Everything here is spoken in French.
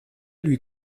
lui